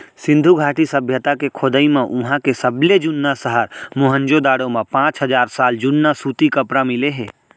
सिंधु घाटी सभ्यता के खोदई म उहां के सबले जुन्ना सहर मोहनजोदड़ो म पांच हजार साल जुन्ना सूती कपरा मिले हे